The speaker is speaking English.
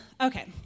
Okay